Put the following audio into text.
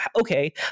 okay